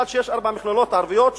מכיוון שיש ארבע מכללות ערביות,